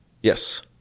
Yes